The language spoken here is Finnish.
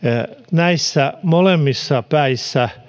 näissä molemmissa päissä